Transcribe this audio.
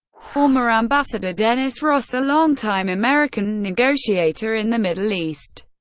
former ambassador dennis ross, a longtime american negotiator in the middle east,